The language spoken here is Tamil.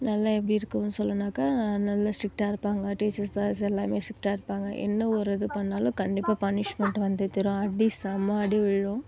நல்ல எப்படி இருக்குன்னு சொல்லணும்னாக்கா நல்ல ஸ்டிக்டாக இருப்பாங்க டீச்சர்ஸ் சார்ஸ் எல்லாமே ஸ்டிக்டாக இருப்பாங்க என்ன ஒரு இது பண்ணாலும் கண்டிப்பாக பனிஷ்மெண்ட் வந்தே தீரும் அடி செம்ம அடி விழும்